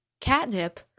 Catnip